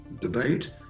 debate